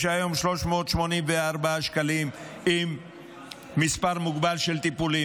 יש היום 384 שקלים עם מספר מוגבל של טיפולים.